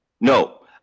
No